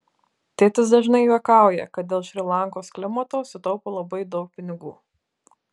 tėtis dažnai juokauja kad dėl šri lankos klimato sutaupo labai daug pinigų